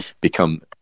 become